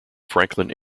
franklin